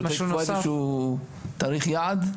אתה רוצה לקבוע איזשהו תאריך יעד?